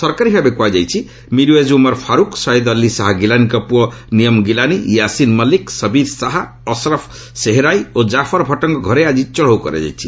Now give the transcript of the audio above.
ସରକାରୀ ଭାବେ କୃହାଯାଇଛି ମିର୍ଓ୍ବେକ୍ ଉମର ଫାର୍କ୍ ସୟଦ୍ ଅଲି ଶାହା ଗିଲାନୀଙ୍କ ପ୍ରଅ ନୟିମ୍ ଗିଲାନୀ ୟାସିନ୍ ମଲ୍ଲିକ ଶବୀର ଶାହା ଅସ୍ରଫ୍ ଶେହରାଇ ଓ ଜାଫର୍ ଭଟ୍ଟଙ୍କ ଘରେ ଆଜି ଚଢାଉ କରାଯାଇଛି